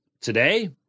today